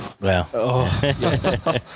wow